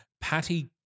Patty